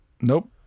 Nope